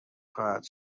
خواهد